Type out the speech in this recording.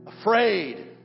afraid